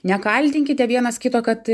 nekaltinkite vienas kito kad